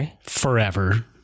forever